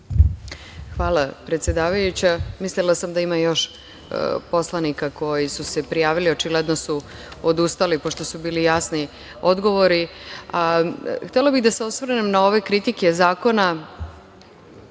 Hvala, predsedavajuća, mislila sam da ima još poslanika koji su se prijavili, očigledno su odustali pošto su bili jasni odgovori. Htela bih da se osvrnem na ove kritike zakona